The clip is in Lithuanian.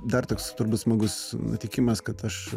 dar toks turbūt smagus nutikimas kad aš